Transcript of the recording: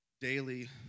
Daily